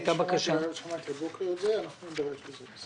אני שמעתי הבוקר את זה, אנחנו נידרש לזה.